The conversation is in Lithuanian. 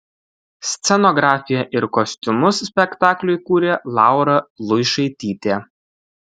scenografiją ir kostiumus spektakliui kūrė laura luišaitytė